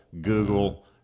Google